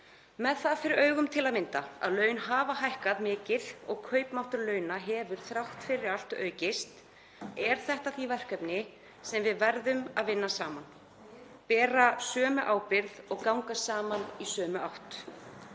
Með það fyrir augum, til að mynda að laun hafa hækkað mikið og kaupmáttur launa hefur þrátt fyrir allt aukist, er þetta því verkefni sem við verðum að vinna saman, bera sömu ábyrgð og ganga saman í sömu átt,